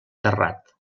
terrat